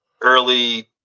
early